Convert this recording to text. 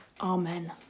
Amen